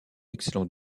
excellent